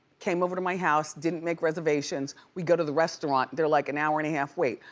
came over to my house, didn't make reservations. we go to the restaurant, they're like an hour and a half wait.